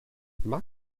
max